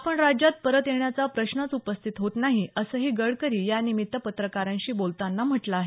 आपण राज्यात परत येण्याचा प्रश्नच उपस्थित होत नाही असंही गडकरी यांनी यावेळी पत्रकारांशी बोलताना म्हटलं आहे